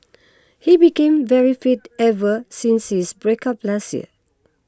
he became very fit ever since his break up last year